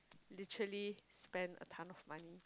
literally spend a tonne of money